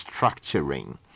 structuring